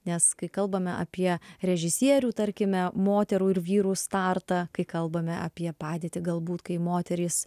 nes kai kalbame apie režisierių tarkime moterų ir vyrų startą kai kalbame apie padėtį galbūt kai moterys